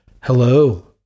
Hello